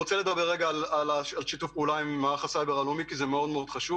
לגבי שיתוף פעולה עם מערך הסייבר הלאומי: זה נושא חשוב